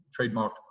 trademarked